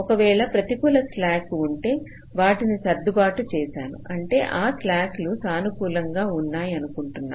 ఒకవేళ ప్రతికూల స్లాక్లు ఉంటే వాటిని సర్దుబాటు చేశాను అంటే ఆ స్లాక్ లు సానుకూలంగా ఉన్నాయ్ అనుకుంటున్న